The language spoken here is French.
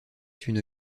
une